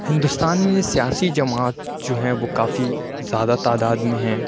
ہندوستان میں سیاسی جماعت جو ہے وہ کافی زیادہ تعداد میں ہیں